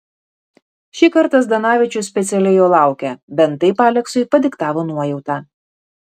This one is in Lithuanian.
šį kartą zdanavičius specialiai jo laukė bent taip aleksui padiktavo nuojauta